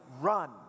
run